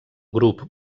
grup